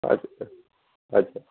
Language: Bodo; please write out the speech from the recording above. आस्सा आस्सा